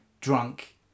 drunk